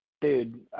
dude